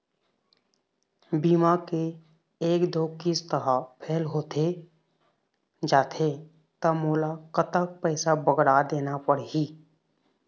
बीमा के एक दो किस्त हा फेल होथे जा थे ता मोला कतक पैसा बगरा देना पड़ही ही?